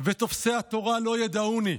ותֹפשי התורה לא ידעוני,